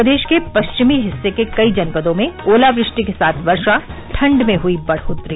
प्रदेश के पश्चिमी हिस्से के कई जनपदों में ओलावृष्टि के साथ वर्षा ठंड में हई बढ़ोत्तरी